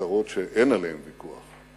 מטרות שאין עליהן ויכוח.